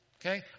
okay